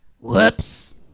Whoops